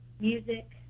music